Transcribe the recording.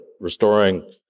restoring